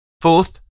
Fourth